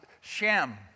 Shem